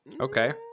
Okay